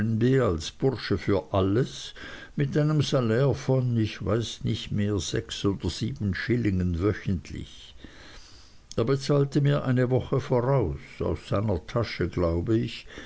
als bursche für alles mit einem salär von ich weiß nicht mehr sechs oder sieben schillingen wöchentlich er bezahlte mir eine woche voraus aus seiner tasche glaube ich